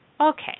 okay